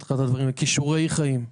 אלה כישורי חיים.